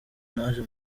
naje